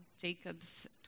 Jacob's